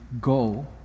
go